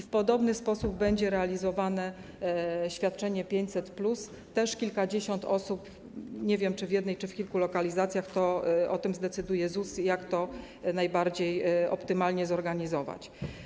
W podobny sposób będzie realizowane świadczenie 500+, też będzie kilkadziesiąt osób, ale nie wiem, czy w jednej, czy w kilku lokalizacjach, bo ZUS zdecyduje, jak to najbardziej optymalnie zorganizować.